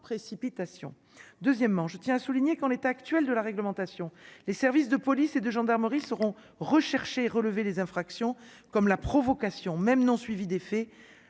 précipitation, deuxièmement, je tiens à souligner qu'en l'état actuel de la réglementation, les services de police et de gendarmerie seront recherchées relever des infractions comme la provocation, même non suivies d'effet